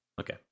Okay